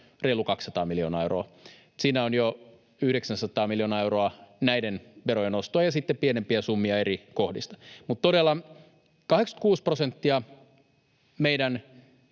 reilut 200 miljoonaa euroa. Siinä on jo 900 miljoonaa euroa näiden verojen nostoa ja sitten pienempiä summia eri kohdista. Todella, 86 prosenttia meidän